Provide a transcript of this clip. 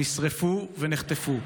נשרפו ונחטפו.